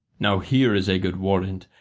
now here is a good warrant,